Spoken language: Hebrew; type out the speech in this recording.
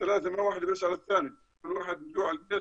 הארצית והמנהיגות השבטית, ולהקים וועדות,